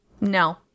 No